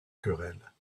querelles